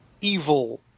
evil